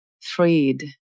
freed